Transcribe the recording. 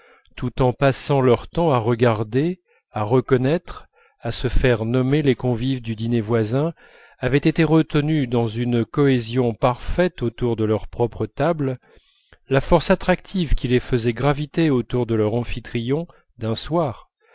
tout en passant leur temps à regarder à reconnaître à se faire nommer les convives du dîner voisin avaient été retenus dans une cohésion parfaite autour de leur propre table la force attractive qui les faisait graviter autour de leur amphitryon d'un soir